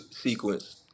sequence